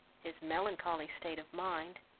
his melancholy state of mind,